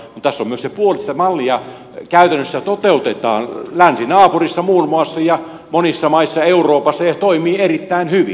mutta tässä on myös se puoli että sitä mallia käytännössä toteutetaan länsinaapurissa muun muassa ja monissa maissa euroopassa ja se toimii erittäin hyvin